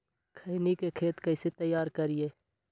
खैनी के खेत कइसे तैयार करिए?